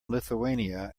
lithuania